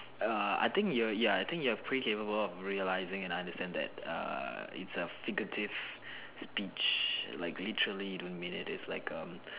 err I think you're ya I think you're pretty capable of realising and understanding that err it's a figurative speech like literally you don't mean it it's like um